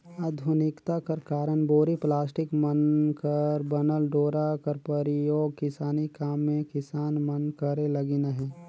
आधुनिकता कर कारन बोरी, पलास्टिक मन कर बनल डोरा कर परियोग किसानी काम मे किसान मन करे लगिन अहे